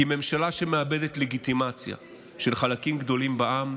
כי ממשלה שמאבדת לגיטימציה של חלקים גדולים בעם,